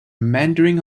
meandering